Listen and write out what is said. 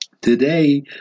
Today